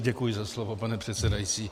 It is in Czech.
Děkuji za slovo, pane předsedající.